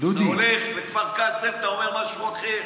אתה הולך לכפר קאסם, אתה אומר משהו אחר.